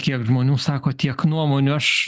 kiek žmonių sako tiek nuomonių aš